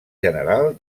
general